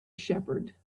shepherd